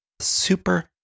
Super